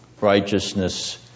righteousness